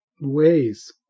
ways